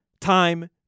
Time